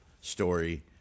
story